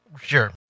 Sure